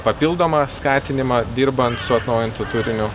papildomą skatinimą dirbant su atnaujintu turiniu